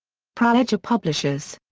praeger publishers.